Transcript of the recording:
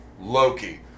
Loki